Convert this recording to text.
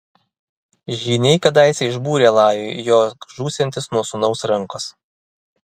žyniai kadaise išbūrė lajui jog žūsiantis nuo sūnaus rankos